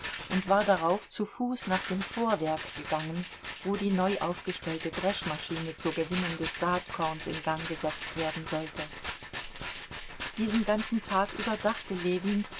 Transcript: und war darauf zu fuß nach dem vorwerk gegangen wo die neu aufgestellte dreschmaschine zur gewinnung des saatkorns in gang gesetzt werden sollte diesen ganzen tag über dachte ljewin